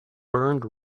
burned